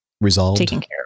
resolved